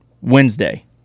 Wednesday